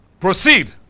Proceed